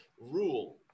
rule